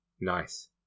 Nice